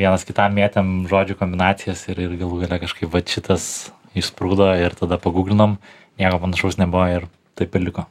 vienas kitam mėtėm žodžių kombinacijas ir ir galų gale kažkaip vat šitas išsprūdo ir tada pagūglinom nieko panašaus nebuvo ir tai ir liko